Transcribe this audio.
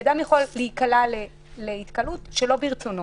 כי אדם יכול להיקלע להתקהלות שלא ברצונו,